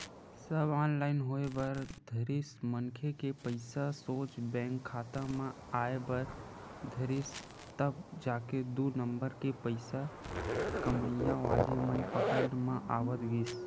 सब online होय बर धरिस मनखे के पइसा सोझ बेंक खाता म आय बर धरिस तब जाके दू नंबर के पइसा कमइया वाले मन पकड़ म आवत गिस